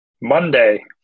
Monday